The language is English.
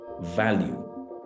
value